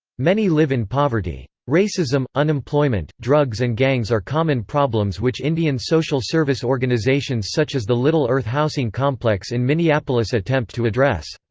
many live in poverty. racism, unemployment, drugs and gangs are common problems which indian social service organizations such as the little earth housing complex in minneapolis attempt to address.